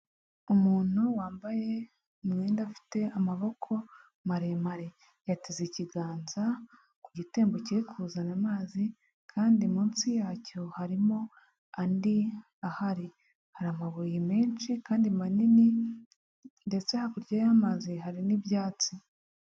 Umuntu wambaye umwenda afite amaboko maremare, yateze ikiganza ku gitembo kiri kuzana amazi kandi munsi yacyo harimo andi ahari. Hari amabuye menshi kandi manini ndetse hakurya y'amazi hari n'ibyatsi.